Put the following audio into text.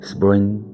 （Spring